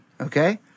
okay